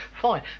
fine